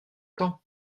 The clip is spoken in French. tant